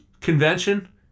convention